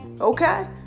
Okay